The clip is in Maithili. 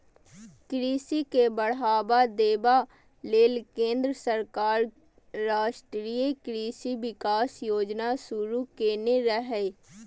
कृषि के बढ़ावा देबा लेल केंद्र सरकार राष्ट्रीय कृषि विकास योजना शुरू केने रहै